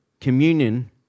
communion